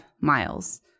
miles